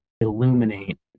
illuminate